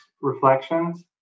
reflections